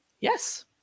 Yes